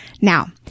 Now